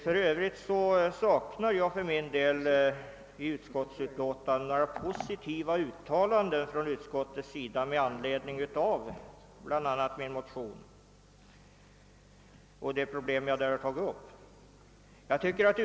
För Övrigt saknar jag i utskottsbetänkandet: »Även vid förrättningar utan ledning av bl.a. min motion och de frågor som där tagits upp.